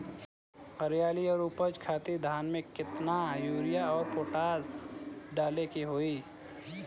हरियाली और उपज खातिर धान में केतना यूरिया और पोटाश डाले के होई?